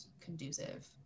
conducive